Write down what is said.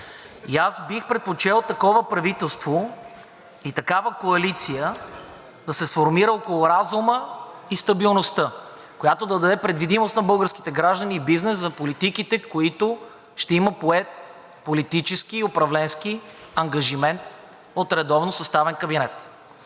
Бих предпочел такова правителство и такава коалиция да се сформира около разума и стабилността, която да даде предвидимост на българските граждани и бизнес за политиките, по които ще има поет политически и управленски ангажимент от редовно съставен кабинет.